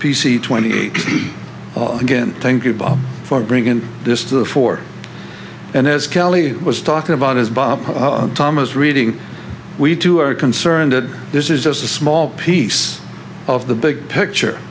c twenty again thank you for bringing this to the fore and as kelly was talking about as bob thomas reading we too are concerned that this is just a small piece of the big picture